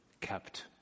Kept